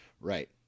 right